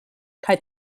kaj